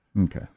Okay